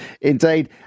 indeed